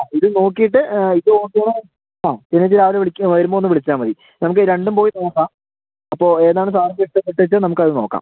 ആ ഇത് നോക്കിയിട്ട് ആ ഇത് ഓക്കേയാണേൽ ആ പിന്നെന്നെ രാവിലെ വിളിക്കുകയോ വരുമ്പോൾ ഒന്ന് വിളിച്ചാൽ മതി നമുക്ക് രണ്ടും പോയി നോക്കാം അപ്പോൾ ഏതാണ് സാറിന് ഇഷ്ടപ്പെട്ടതെന്ന് വെച്ചാൽ നമുക്കത് നോക്കാം